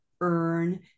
earn